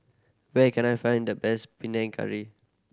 where can I find the best Panang Curry